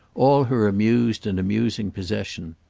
all her amused and amusing possession.